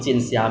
mm